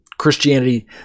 Christianity